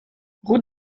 route